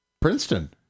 Princeton